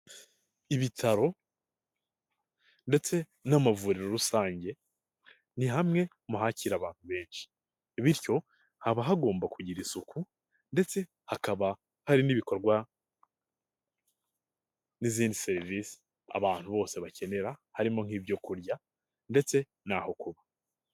Ibitaro ndetse n'amavuriro rusange, ni hamwe mu hakira abantu benshi, bityo haba hagomba kugira isuku, ndetse hakaba hari n'ibikorwa n'izindi serivisi abantu bose bakenera, harimo nk'ibyo kurya ndetse n'aho kuba.